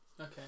Okay